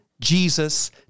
Jesus